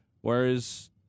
Whereas